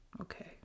Okay